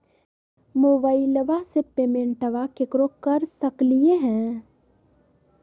मोबाइलबा से पेमेंटबा केकरो कर सकलिए है?